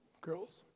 girls